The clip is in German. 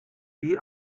wie